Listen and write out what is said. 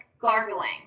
gargling